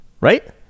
right